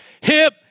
Hip